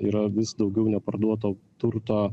yra vis daugiau neparduoto turto